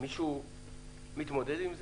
מישהו מתמודד עם זה?